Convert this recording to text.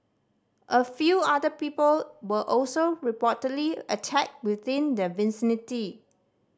a few other people were also reportedly attacked within the vicinity